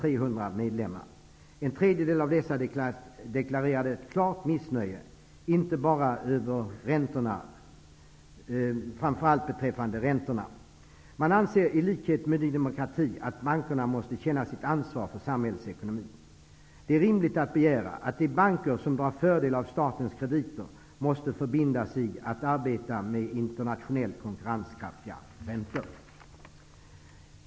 En tredjedel av dessa deklarerade klart missnöje, framför allt beträffande räntorna. Man anser i likhet med Ny demokrati att bankerna måste känna sitt ansvar för samhällsekonomin. Det är rimligt att begära att de banker som drar fördel av statens krediter måste förbinda sig att arbeta med internationellt konkurrenskraftiga räntor.